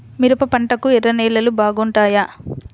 మిరప పంటకు ఎర్ర నేలలు బాగుంటాయా?